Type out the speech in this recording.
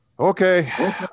Okay